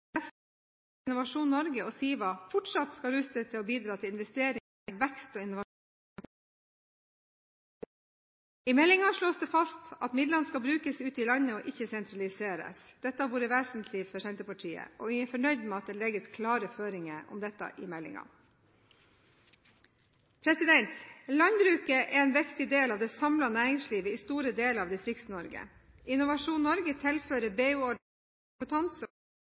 Innovasjon Norge og SIVA fortsatt skal rustes til å bidra til investeringer, vekst og innovasjon rundt om i landet vårt. I meldingen slås det fast at midlene skal brukes rundt i landet, og ikke sentraliseres. Dette har vært vesentlig for Senterpartiet. Vi er fornøyd med at det legges klare føringer for dette i meldingen. Landbruket er en viktig del av det samlede næringslivet i store deler av Distrikts-Norge. Innovasjon Norge tilfører BU-ordningen en kompetanse